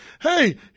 hey